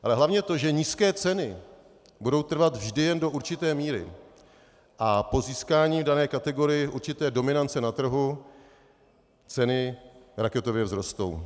Ale hlavně to, že nízké ceny budou trvat vždy jen do určité míry a po získání v dané kategorii určité dominance na trhu ceny raketově vzrostou.